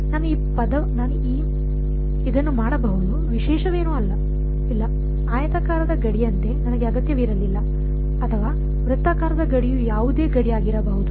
ನಾನು ಈ ಇದನ್ನು ಮಾಡಬಹುದು ವಿಶೇಷವೇನೂ ಇಲ್ಲ ಆಯತಾಕಾರದ ಗಡಿಯಂತೆ ನನಗೆ ಅಗತ್ಯವಿರಲಿಲ್ಲ ಅಥವಾ ವೃತ್ತಾಕಾರದ ಗಡಿಯು ಯಾವುದೇ ಗಡಿ ಆಗಿರಬಹುದು